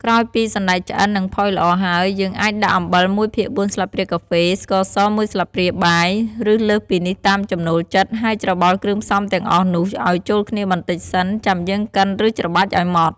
ក្រោយពីសណ្ដែកឆ្អិន និងផុយល្អហើយ យើងអាចដាក់អំបិល ១ភាគ៤ ស្លាបព្រាកាហ្វេ ស្ករស មួយស្លាបព្រាបាយ ឬលើសពីនេះតាមចំណូលចិត្ត ហើយច្របល់គ្រឿងផ្សំទាំងអស់នោះឱ្យចូលគ្នាបន្តិចសិន ចាំយើងកិន ឬច្របាច់ឱ្យម៉ដ្ដ។